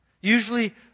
Usually